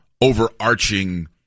overarching